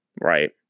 Right